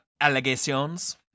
allegations